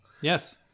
Yes